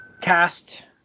cast